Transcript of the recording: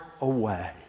away